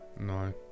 No